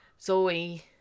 Zoe